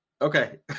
Okay